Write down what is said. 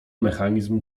mechanizm